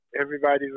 everybody's